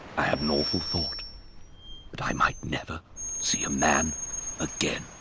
i had an awful thought that i might never see a man again.